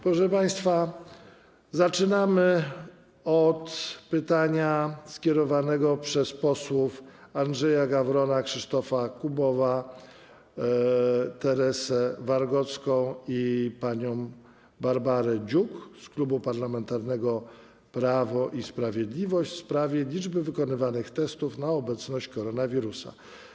Proszę państwa, zaczynamy od pytania skierowanego przez posłów Andrzeja Gawrona, Krzysztofa Kubowa, Teresę Wargocką i Barbarę Dziuk z Klubu Parlamentarnego Prawo i Sprawiedliwość w sprawie liczby wykonywanych testów na obecność koronawirusa.